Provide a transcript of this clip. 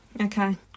Okay